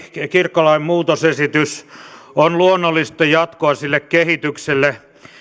kirkkolain muutosesitys on luonnollista jatkoa sille kehitykselle